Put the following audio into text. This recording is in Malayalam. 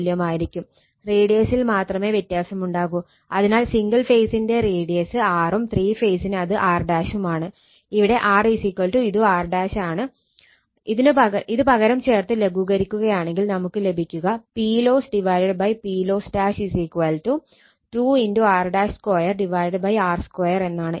സമാനമായി ത്രീ ഫേസിന്റെ കേസിൽ R ⍴ l 𝜋 2 r2 എന്നാണ്